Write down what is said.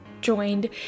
joined